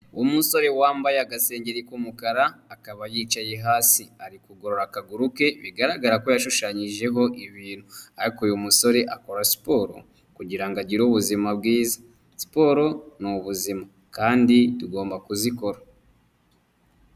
Umusore wambaye agasengeri k'umukara akaba yicaye hasi ari kugorora akaguru ke bigaragara ko yashushanyijeho ibintu ariko uyu musore akora siporo kugirango agire ubuzima bwiza siporo ni ubuzima kandi tugomba kuzikora.